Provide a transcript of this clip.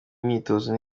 myitozo